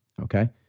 Okay